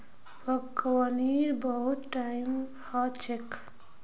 बागवानीर बहुत टाइप ह छेक